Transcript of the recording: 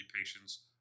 patients